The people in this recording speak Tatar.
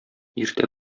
иртә